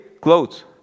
clothes